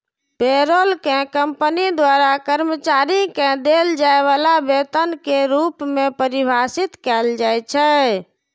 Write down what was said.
payroll कें company द्वारा कर्मचारी कें देल जाय बला वेतन के रूप मे परिभाषित कैल जाइ छै